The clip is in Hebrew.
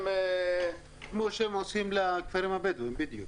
כמו שהם עושים לכפרים הבדואים, בדיוק.